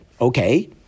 okay